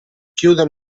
chiude